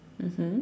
mmhmm